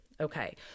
Okay